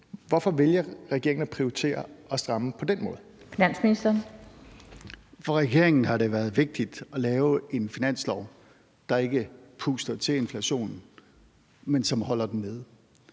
Kl. 17:11 Finansministeren (Nicolai Wammen): For regeringen har det været vigtigt at lave en finanslov, der ikke puster til inflationen, men som holder den nede.